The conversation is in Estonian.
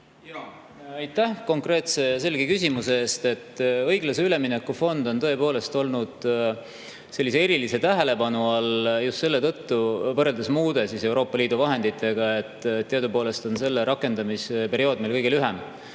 Aitäh konkreetse ja selge küsimuse eest! Õiglase ülemineku fond on tõepoolest olnud erilise tähelepanu all just selle tõttu, võrreldes muude Euroopa Liidu vahenditega on teadupoolest selle rakendamise periood meil kõige lühem.